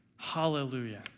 Hallelujah